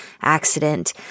accident